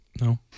No